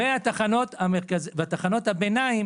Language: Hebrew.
ותחנות הביניים